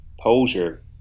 poser